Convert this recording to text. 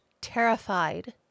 terrified